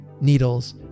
needles